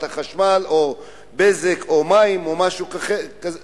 החשמל או ב"בזק" או מים או משהו אחר,